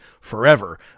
forever